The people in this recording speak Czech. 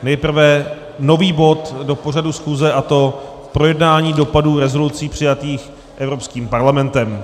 Nejprve nový bod do pořadu schůze, a to projednání dopadů rezolucí přijatých Evropským parlamentem.